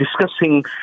discussing